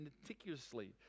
meticulously